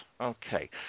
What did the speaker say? okay